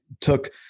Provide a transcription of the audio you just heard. took